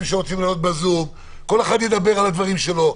שיעלו בזום וכל אחד ידבר על הדברים שלו.